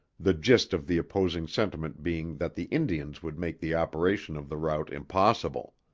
the gist of the opposing sentiment being that the indians would make the operation of the route impossible.